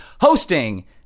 hosting